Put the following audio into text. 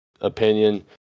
opinion